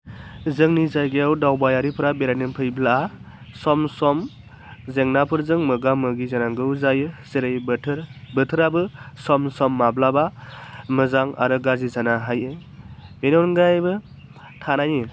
जोंनि जायगायाव दावबायारिफोरा बेरायनो फैब्ला सम सम जेंनाफोरजों मोगा मोगि जानांगौ जायो जेरै बोथोर बोथोराबो सम सम माब्लाबा मोजां आरो गाज्रि जाना हायो बेनि अनगायैबो थानायनि